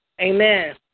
Amen